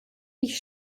ich